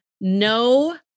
no